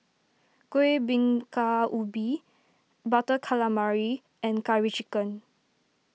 Kuih Bingka Ubi Butter Calamari and Curry Chicken